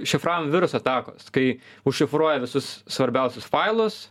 iššifravimo virusų atakos kai užšifruoja visus svarbiausius failus